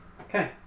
Okay